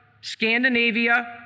Scandinavia